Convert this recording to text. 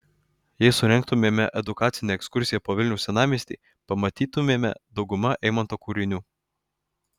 jei surengtumėme edukacinę ekskursiją po vilniaus senamiestį pamatytumėme daugumą eimanto kūrinių